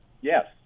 Yes